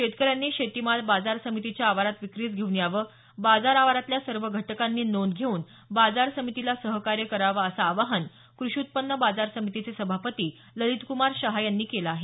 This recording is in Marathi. शेतकर्यानी शेतिमाल बाजार समितिच्या आवारात विक्रिस घेउन यावं बाजार आवारातल्या सर्व घटकांनी नोंद घेउन बाजार समितिला सहकार्य करावं असं आवाहन कृषी उत्पन्न बाजार समितिचे सभापति ललितकुमार शहा यानी केलं आहे